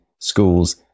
schools